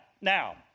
Now